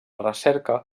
recerca